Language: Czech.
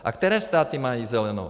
A které státy mají zelenou?